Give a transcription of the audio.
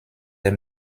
der